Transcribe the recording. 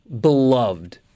beloved